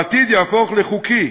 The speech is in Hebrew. בעתיד יהפוך לחוקי,